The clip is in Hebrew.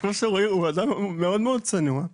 הוא אדם מאוד צנוע.